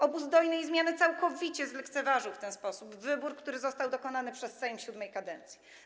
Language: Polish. Obóz dojnej zmiany całkowicie zlekceważył w ten sposób wybór, który został dokonany przez Sejm VII kadencji.